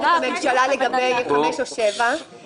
את הממשלה בהבדל בין חמש או שבע שנות מאסק.